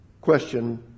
Question